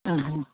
ಹಾಂ ಹಾಂ